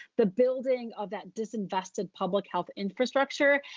the building of that disinvested public health infrastructure,